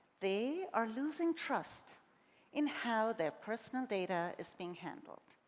they are losing trust in how their personal data is being handled.